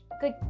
good